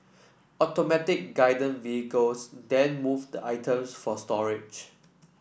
automatic Guided Vehicles then move the items for storage